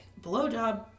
blowjob